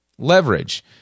leverage